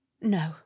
no